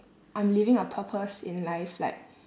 I'm living a purpose in life like